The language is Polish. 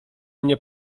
mnie